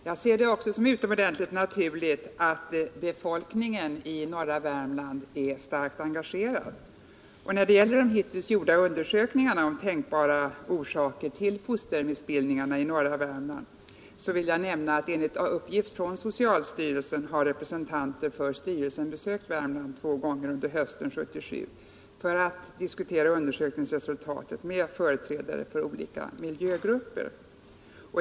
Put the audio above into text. Herr talman! Jag ser det också som mycket naturligt att befolkningen i norra Värmland är starkt engagerad. När det gäller de hittills gjorda undersökningarna om tänkbara orsaker till fostermissbildningarna i norra Värmland vill jag nämna, att enligt uppgift från socialstyrelsen har representanter för styrelsen besökt Värmland två gånger under hösten 1977 för att diskutera undersökningsresultaten med företrädare för olika miljögrupper.